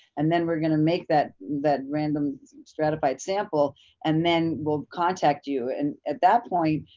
and then we're gonna make that that random stratified sample and then we'll contact you, and at that point